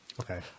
Okay